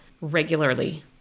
regularly